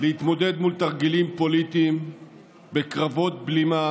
להתמודד מול תרגילים פוליטיים בקרבות בלימה